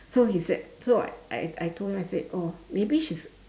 so he said so I I told him I said oh maybe she's